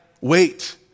Wait